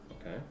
okay